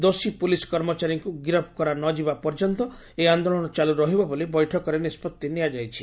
ଦୋଷୀ ପୁଲିସ କର୍ମଚାରୀଙ୍କୁ ଗିରଫ କରାନଯିବା ପର୍ଯ୍ୟନ୍ତ ଏହି ଆନ୍ଦୋଳନ ଚାଲ୍ରରହିବ ବୋଲି ବୈଠକରେ ନିଷ୍ବଭି ନିଆଯାଇଛି